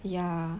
ya